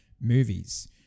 movies